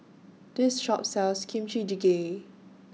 This Shop sells Kimchi Jjigae